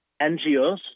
NGOs